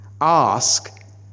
Ask